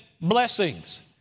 blessings